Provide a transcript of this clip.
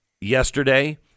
yesterday